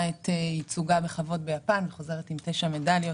את ייצוגה בכבוד ביפן וחוזרת עם תשע מדליות,